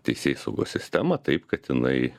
teisėsaugos sistemą taip kad jinai